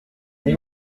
oui